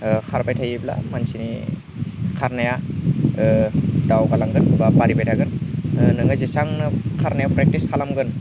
खारबाय थायोब्ला मानसिनि खारनाया दावगालांगोन बा बारायबाय थागोन नोङो जेसांनो खारनायाव प्रेक्टिस खालामगोन